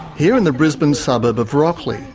here in the brisbane suburb of rocklea,